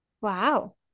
wow